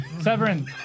Severin